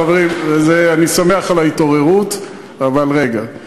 חברים, אני שמח על ההתעוררות, אבל רגע.